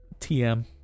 TM